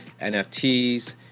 nfts